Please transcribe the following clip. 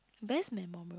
best memoriable